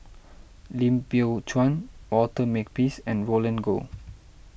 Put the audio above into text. Lim Biow Chuan Walter Makepeace and Roland Goh